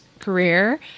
career